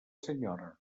senyora